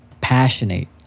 passionate